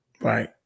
right